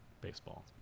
baseball